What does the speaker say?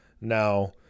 Now